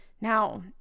Now